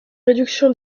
réduction